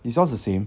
is yours the same